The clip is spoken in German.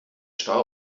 stau